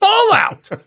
Fallout